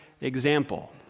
example